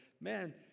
Man